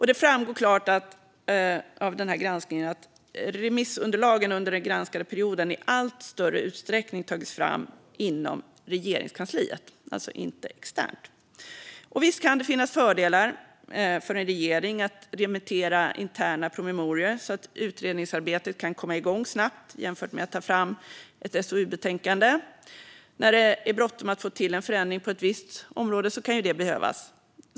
Det framgår klart av granskningen att remissunderlagen under den granskade perioden i allt större utsträckning tagits fram inom Regeringskansliet, alltså inte externt. Det kan finnas fördelar för en regering att remittera interna promemorior. Utredningsarbetet kan då komma igång snabbt jämfört med om man skulle ta fram ett SOU-betänkande. När det är bråttom att få till en förändring på ett visst område kan ju det behövas.